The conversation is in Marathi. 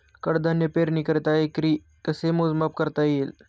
कडधान्य पेरणीकरिता एकरी कसे मोजमाप करता येईल?